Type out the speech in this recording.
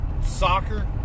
soccer